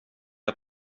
jag